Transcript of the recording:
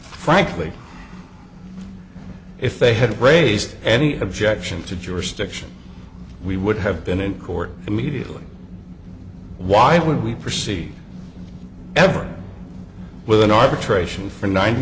frankly if they had raised any objection to jurisdiction we would have been in court immediately why would we proceed ever with an arbitration for ninety